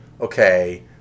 okay